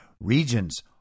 Regions